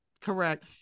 correct